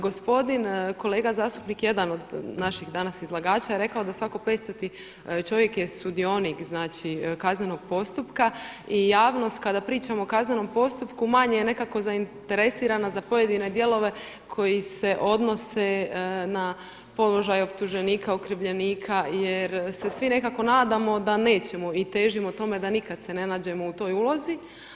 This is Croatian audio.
Gospodin kolega zastupnik jedan od naših danas izlagača je rekao da svako petstoti sudionik znači kaznenog postupka i javnost kada pričamo o kaznenom postupku manje nekako je zainteresirana za pojedine dijelove koji se odnose na položaj optuženika, okrivljenika, jer se svi nekako nadamo da nećemo i težimo tome da nikad se ne nađemo u toj ulozi.